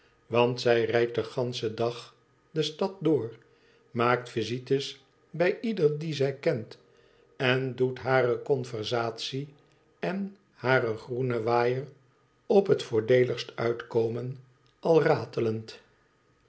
want zij rijdt den ganschen dag de stad door maakt visites bij ieder die zij kent en doet hare conversatie en haar groenen waaier op het voordeeligst uitkomen al ratelend